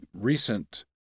recent